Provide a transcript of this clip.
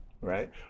right